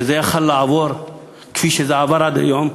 שזה היה יכול לעבור כפי שזה עבר עד היום,